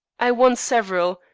i won several,